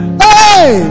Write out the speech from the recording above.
hey